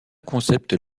concept